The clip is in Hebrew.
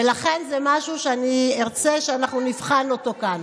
ולכן, זה משהו שארצה שנבחן אותו כאן.